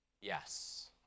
yes